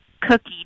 cookie